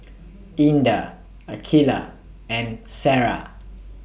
Indah Aqilah and Sarah